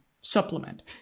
supplement